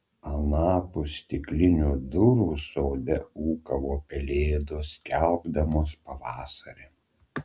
anapus stiklinių durų sode ūkavo pelėdos skelbdamos pavasarį